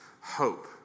hope